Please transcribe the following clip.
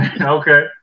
Okay